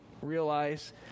realize